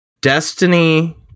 destiny